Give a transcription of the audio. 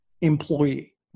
employee